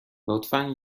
لطفا